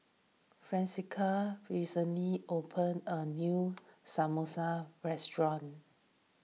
Francesca recently opened a new Samosa restaurant